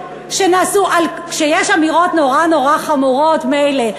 כשיש אמירות נורא-נורא חמורות, מילא.